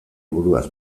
buruaz